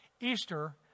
Easter